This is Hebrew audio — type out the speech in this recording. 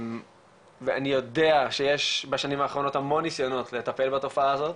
אני יודע שיש בשנים האחרונות המון ניסיונות לטפל בתופעה הזאת,